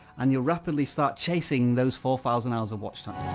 and you'll rapidly start chasing those four thousand hours of watch time.